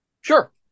Sure